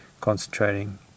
concentrating